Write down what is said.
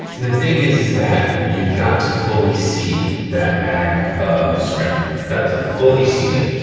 and the thing is is that you've got to fully seat that mag spring, you've got to fully seat it.